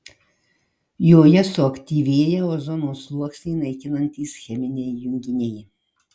joje suaktyvėja ozono sluoksnį naikinantys cheminiai junginiai